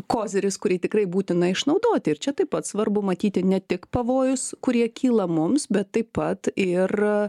koziris kurį tikrai būtina išnaudoti ir čia taip pat svarbu matyti ne tik pavojus kurie kyla mums bet taip pat ir